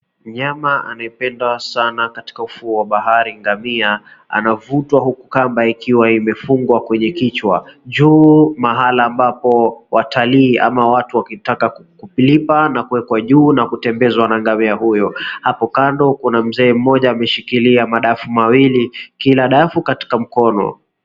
Mnyama anayependwa sana katika ufuo wa bahari, ngamia anavutwa huku kamba ikiwa imefungwa kwenye kichwa. Juu mahala ambapo watalii ama watu wakitaka kumlipa na kuwekwa juu na kutembezwa na ngamia huyo. Hapo kando kuna mzee mmoja ameshikilia madafu mawili, kila dafu katika mkono.